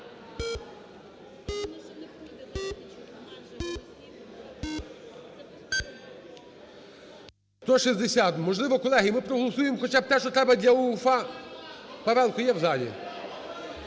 За-160 Можливо, колеги, ми проголосуємо хоча б те, що треба для УЄФА. Павелко є в залі?